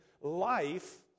life